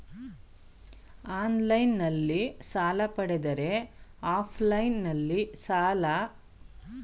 Online ನಲ್ಲಿ ಸಾಲ ಪಡೆದರೆ ಆಫ್ಲೈನ್ ನಲ್ಲಿ ಸಾಲ ಮರುಪಾವತಿ ಮಾಡಲು ನಿಮ್ಮ ಬ್ಯಾಂಕಿನಲ್ಲಿ ಅವಕಾಶವಿದೆಯಾ?